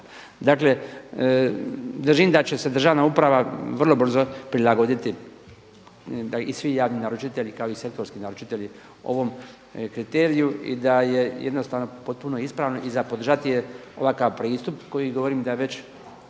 Dakle, držim da će se državna uprava vrlo brzo prilagoditi da, i svi javni naručitelji kao i sektorski naručitelji, ovom kriteriju i da je jednostavno potpuno ispravno i za podržati je ovakav pristup koji govorim da je već